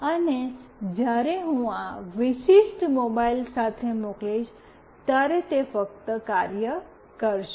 અને જ્યારે હું આ વિશિષ્ટ મોબાઇલ સાથે મોકલીશ ત્યારે તે ફક્ત કાર્ય કરશે